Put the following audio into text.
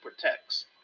protects